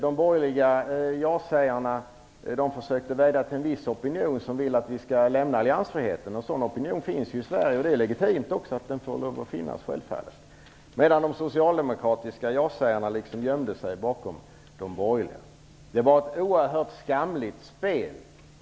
De borgerliga ja-sägarna försökte att vädja till en viss opinion som vill att vi skall lämna alliansfriheten. Det finns ju en sådan opinion i Sverige, och det är legitimt. Den får självfallet lov att finnas. De socialdemokratiska ja-sägarna gömde sig bakom de borgerliga. Det var ett oerhört skamligt spel.